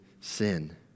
sin